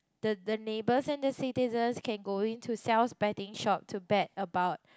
the the neighbours and the citizens can go in to sells betting shop to bet about